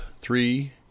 Three